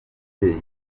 babyeyi